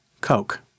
Coke